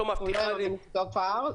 לא פער.